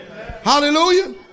Hallelujah